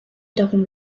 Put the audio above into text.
darum